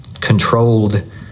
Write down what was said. controlled